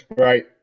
Right